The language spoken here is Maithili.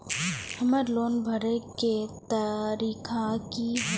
हमर लोन भरए के तारीख की ये?